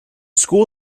school